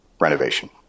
renovation